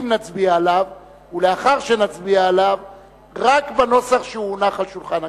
אם נצביע עליו, רק בנוסח שהונח על שולחן הכנסת.